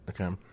Okay